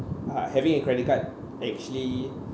uh having a credit card actually